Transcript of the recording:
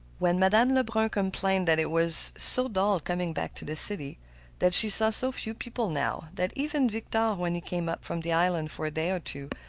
when madame lebrun complained that it was so dull coming back to the city that she saw so few people now that even victor, when he came up from the island for a day or two,